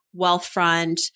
Wealthfront